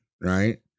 right